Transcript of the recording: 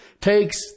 takes